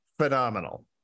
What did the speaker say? phenomenal